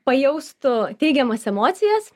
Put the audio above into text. pajaustų teigiamas emocijas